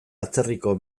atzerriko